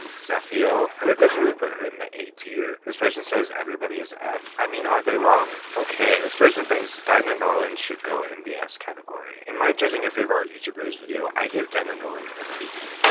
um zephyo. i would definitely put her in the a tier. this person says everybody is f. i mean are they wrong? okay, this person thinks dina norlund should go in the s category. in my judging your favorite art youtubers video, i gave dina norlund a b,